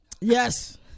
Yes